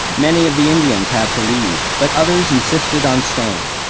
many of the indians had to leave, but others insisted on staying.